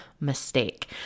mistake